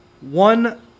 One